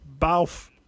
Bauf